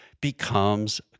becomes